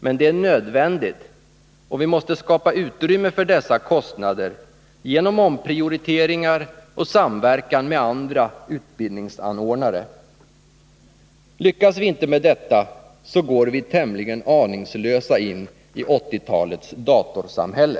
Men det är nödvändigt, och vi måste skapa utrymme för dessa kostnader genom omprioriteringar och samverkan med andra utbildningsanordnare. Lyckas vi inte med detta, så går vi tämligen aningslösa in i 1980-talets datorsamhälle.